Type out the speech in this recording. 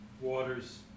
waters